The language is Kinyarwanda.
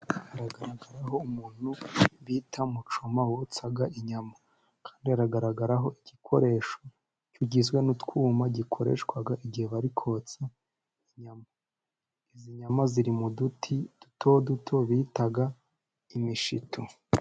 Haragaragaraho umuntu bita mucoma, wotsa inyama, kandi hagaragaraho igikoresho kigizwe n'utwuma, gikoreshwa igihe bari kotsa inyama, izi nyama ziri mu duti duto duto bita imishito.